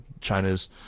China's